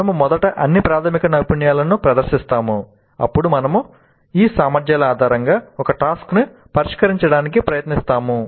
మనము మొదట అన్ని ప్రాథమిక నైపుణ్యాలను ప్రదర్శిస్తాము అప్పుడు మనము ఈ సామర్థ్యాల ఆధారంగా ఒక టాస్క్ ని పరిష్కరించడానికి ప్రయత్నిస్తాము